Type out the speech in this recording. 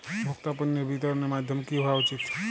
ভোক্তা পণ্যের বিতরণের মাধ্যম কী হওয়া উচিৎ?